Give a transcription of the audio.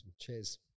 Cheers